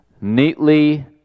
neatly